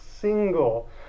single